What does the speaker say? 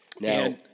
Now